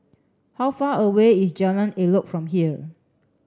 how far away is Jalan Elok from here